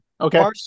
Okay